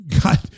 God